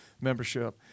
membership